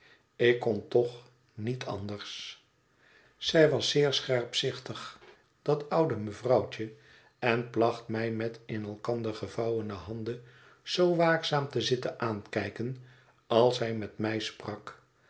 ik kon toch niet anders zij was zeer scherpzichtig dat oude mevrouwtje en placht mij met in elkander gevouwene handen zoo waa kzaam te zitten aankijken als zij met mij sprak